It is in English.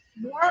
more